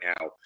now